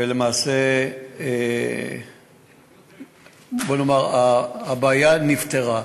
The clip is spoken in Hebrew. ולמעשה, בוא נאמר, הבעיה נפתרה.